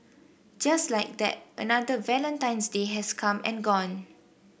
just like that another Valentine's Day has come and gone